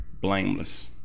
Blameless